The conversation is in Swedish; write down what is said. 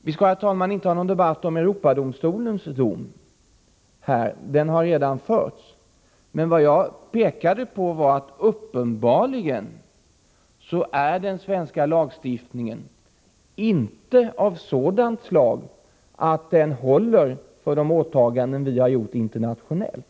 Vi skall, herr talman, inte här ha någon debatt om Europadomstolens dom; den debatten har redan förts. Vad jag pekade på var att den svenska lagstiftningen uppenbarligen inte är av sådant slag att den håller för de åtaganden vi har gjort internationellt.